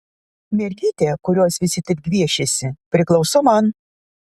mergytė kurios visi taip gviešiasi priklauso man